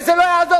וזה לא יעזור,